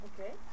Okay